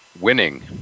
winning